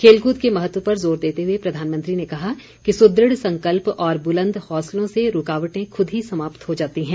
खेलकूद के महत्व पर ज़ोर देते हुए प्रधानमंत्री ने कहा कि सुदृढ़ संकल्प और बुलंद हौसलों से रूकावटें खुद ही समाप्त हो जाती हैं